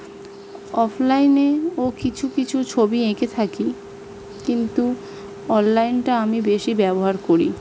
অফলাইনেও ও কিছু কিছু ছবি এঁকে থাকি কিন্তু অনলাইনটা আমি বেশি ব্যবহার করি